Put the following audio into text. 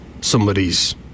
somebody's